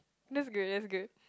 that's good that's good